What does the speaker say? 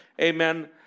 amen